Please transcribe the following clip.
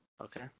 Okay